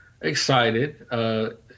excited